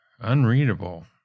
unreadable